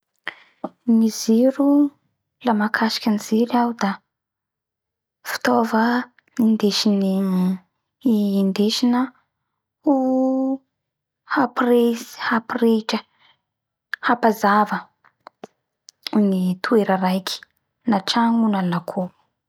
Gny jiro la mahakasiky ny jiro iaho da fitaova indesiny indesina ho hapirehitsy hapirehitra hapazava ny toera raiky natragno io na lakoro